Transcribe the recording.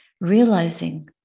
realizing